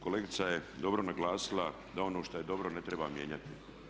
Kolegica je dobro naglasila da ono što je dobro ne treba mijenjati.